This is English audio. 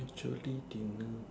actually dinner